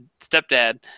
stepdad